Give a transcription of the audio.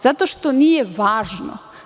Zato što nije važno.